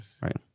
right